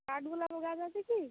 কাঠ গোলাপ গাছ আছে কি